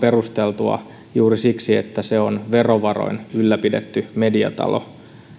perusteltuja juuri siksi että se on verovaroin ylläpidetty mediatalo